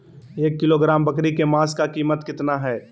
एक किलोग्राम बकरी के मांस का कीमत कितना है?